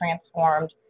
transformed